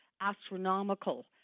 astronomical